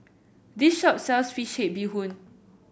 this shop sells fish head Bee Hoon